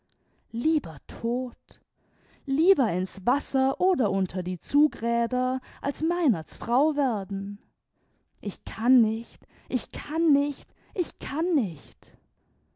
lieber tot lieber ins wasser oder unter die zugräder als meinerts frau werden ich kann nicht ich kann nicht ich kann nicht